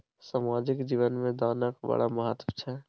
सामाजिक जीवन मे दानक बड़ महत्व छै